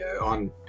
On